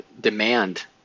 demand